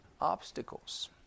obstacles